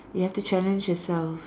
you have to challenge yourself